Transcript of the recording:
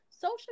social